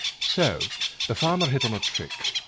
so the farmer hit on a trick.